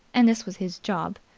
and this was his job.